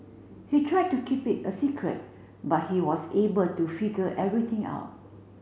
he tried to keep it a secret but he was able to figure everything out